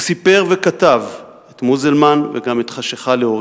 הוא סיפר וכתב את "מוזלמן" וגם את "חשכה לאור